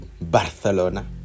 barcelona